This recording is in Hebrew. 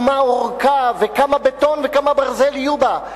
מה אורכה וכמה בטון וכמה ברזל יהיו בה.